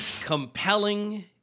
Compelling